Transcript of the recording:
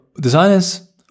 designers